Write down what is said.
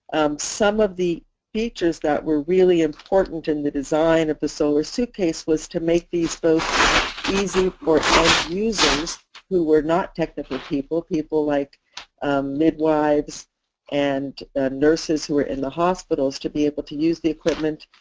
some of the features that were really important in the design of the solar suitcase was to make these both easy for end so users who were not technical people, people like midwives and nurses who were in the hospitals to be able to use the equipment.